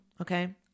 okay